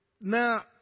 Now